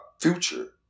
future